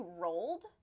rolled